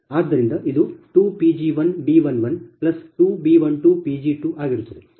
ಆದ್ದರಿಂದ ಇದು2Pg1B112B12Pg2ಆಗಿರುತ್ತದೆ